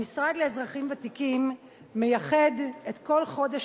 המשרד לאזרחים ותיקים מייחד את כל חודש